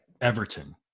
Everton